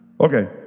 okay